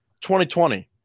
2020